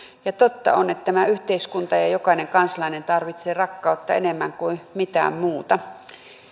ja totta on että tämä yhteiskunta ja ja jokainen kansalainen tarvitsee rakkautta enemmän kuin mitään muuta